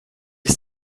ist